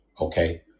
Okay